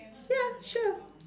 ya sure